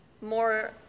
more